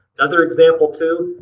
another example too,